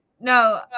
no